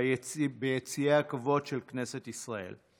ביציעי הכבוד של כנסת ישראל.